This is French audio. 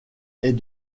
est